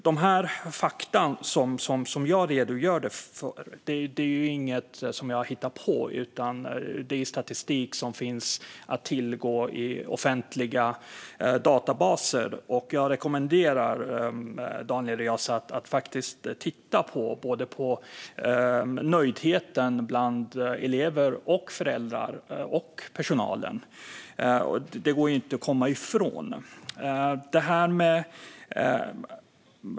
Dessa fakta som jag redogjorde för är inget som jag har hittat på, utan det är statistik som finns att tillgå i offentliga databaser. Jag rekommenderar Daniel Riazat att titta på nöjdheten bland elever, föräldrar och personal. Det går inte att komma ifrån.